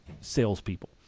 salespeople